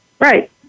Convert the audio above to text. Right